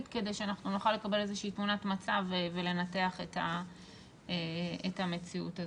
כדי שאנחנו נוכל לקבל איזושהי תמונת מצב ולנתח את המציאות הזו.